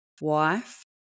wife